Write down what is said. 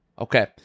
Okay